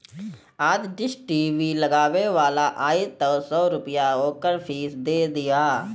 आज dish TV लगावे वाला आई तअ सौ रूपया ओकर फ़ीस दे दिहा